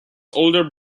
older